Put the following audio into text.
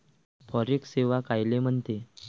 Forex सेवा कायले म्हनते?